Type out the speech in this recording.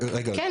כן,